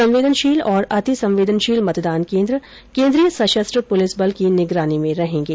संवेदनशील और अतिसंवेदनशील मतदान केन्द्र केन्द्रीय सशस्त्र पुलिस बल की निगरानी में रहेंगे